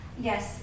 Yes